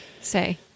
say